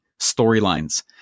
storylines